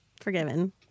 Forgiven